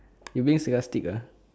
you being sarcastic uh